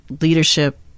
leadership